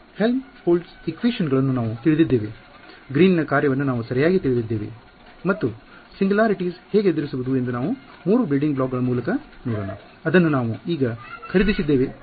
Helmholtz equation ಗಳನ್ನು ನಾವು ತಿಳಿದಿದ್ದೇವೆ ಗ್ರೀನ್ Greens ನ ಕಾರ್ಯವನ್ನು ನಾವು ಸರಿಯಾಗಿ ತಿಳಿದಿದ್ದೇವೆ ಮತ್ತು ಸಿಂಗುಲಾರಿಟಿಸ್ ಹೇಗೆ ಎದುರಿಸುವುದು ಎಂದು ನಾವು ಮೂರು ಬಿಲ್ಡಿಂಗ್ ಬ್ಲಾಕ್ಗಳ ಮೂಲಕ ನೋಡೊನ ಅದನ್ನು ನಾವು ಈಗ ಖರೀದಿಸಿದ್ದೇವೆ ಅದಕ್ಕೆ ಪರಿಚಿತರಿದ್ದೇವೆ